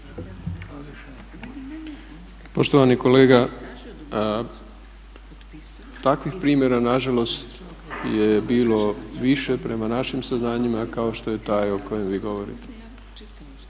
Poštovani kolega, takvih primjera nažalost je bilo više prema našim saznanjima kao što je taj o kojem vi govorite.